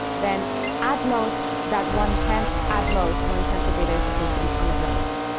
then at most that one tenth at most, one tenth of data is supposed to be unavailable.